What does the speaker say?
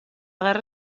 guerra